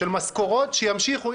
של משכורות שימשיכו.